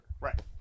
Right